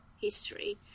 history